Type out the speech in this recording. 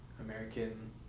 American